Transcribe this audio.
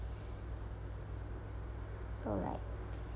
so like